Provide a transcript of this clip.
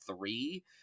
three